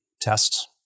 tests